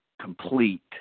complete